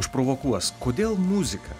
išprovokuos kodėl muzika